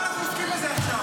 אז למה אנחנו עוסקים בזה עכשיו?